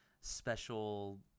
special